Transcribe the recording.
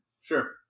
Sure